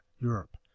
Europe